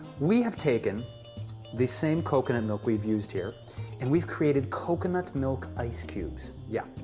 we have taken this same coconut milk we've used here and we've created coconut milk ice cubes. yeah.